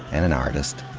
and an artist.